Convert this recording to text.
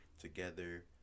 together